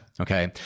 okay